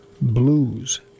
Blues